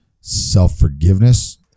self-forgiveness